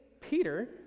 Peter